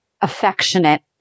affectionate